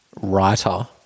writer